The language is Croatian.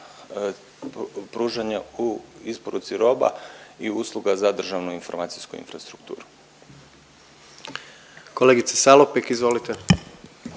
pružanja u isporuci roba i usluga za državnu informacijsku infrastrukturu. **Jandroković,